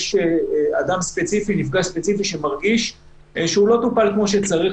אדם ספציפי שמרגיש שהוא לא טופל כמו שצריך.